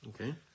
okay